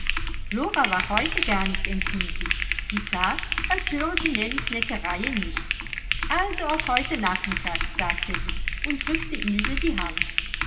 war heute gar nicht empfindlich sie that als höre sie nellies neckereien nicht also auf heute nachmittag sagte sie und drückte ilse die hand